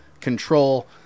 control